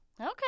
okay